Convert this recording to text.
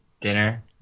dinner